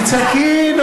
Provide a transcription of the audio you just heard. תצעקי.